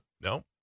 No